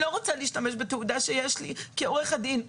לא רוצה להשתמש בתעודה שיש לי כעורכת דין,